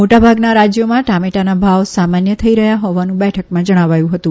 મોટાભાગના રાજ્યોમાં ટમેટાના ભાવ સામાનથ થઇ રહયાં હોવાનું બેઠકમાં જણાવાયુ હતું